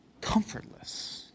comfortless